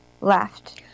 Left